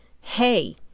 hey